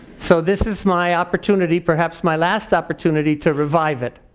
so this is my opportunity perhaps my last opportunity, to revive it.